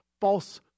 false